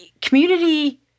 community